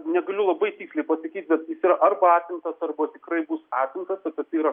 negaliu labai tiksliai pasakyt bet jisai yra arba atimtas arba tikrai bus atimtas apie tai yra